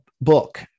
book